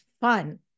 fun